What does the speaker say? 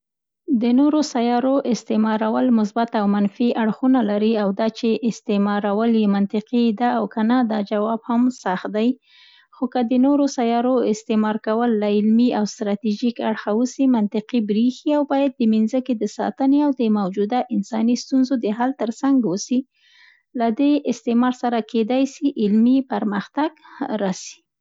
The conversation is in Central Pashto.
د نورو سیارو استعمارول مثبت او منفي اړخونه لري او دا چې استعمارول یې منطقي ده او که نه، دا جواب هم سخت دی. خو که د نورو سیارو استعمار کول له علمي او ستراتیژیک اړخه وسي منطقي برېښي او باید د مینځکې د ساتنې او د موجوده انساني ستونزو د حل تر څنګ وسي. له دې استعمار سره کیدای سي علمي پرمختګ راسي.